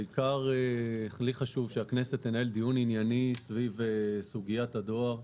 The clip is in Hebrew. לי חשוב שהכנסת תקיים דיון ענייני סביב סוגיית הדואר.